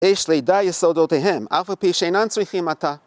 יש לידע יסודותיהן, אף על פי שאינן צריכים עתה.